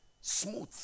smooth